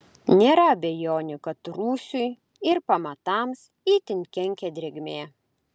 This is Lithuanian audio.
nėra abejonių kad rūsiui ir pamatams itin kenkia drėgmė